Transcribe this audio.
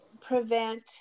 prevent